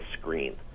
screen